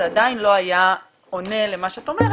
זה עדיין לא היה עונה למה שאת אומרת,